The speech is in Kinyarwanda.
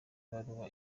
ibaruwa